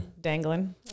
dangling